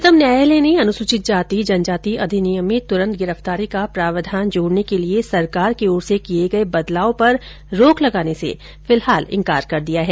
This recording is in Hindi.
उच्चतम न्यायालय ने अनुसूचित जाति जनजाति अधिनियम में तुरंत गिरफ्तारी का प्रावधान जोडने के लिये सरकार की ओर से किये गये बदलाव पर रोक लगाने से फिलहाल इनकार कर दिया है